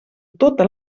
tota